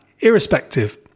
irrespective